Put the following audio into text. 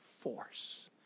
force